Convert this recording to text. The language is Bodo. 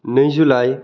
नै जुलाइ